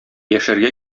яшәргә